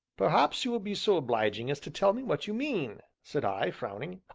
perhaps you will be so obliging as to tell me what you mean? said i, frowning.